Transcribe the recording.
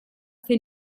fer